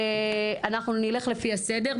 אנחנו נלך לפי הסדר,